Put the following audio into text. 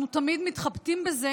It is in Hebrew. אנחנו תמיד מתחבטים בזה,